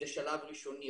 זה שלב ראשוני.